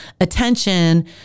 attention